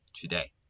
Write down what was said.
today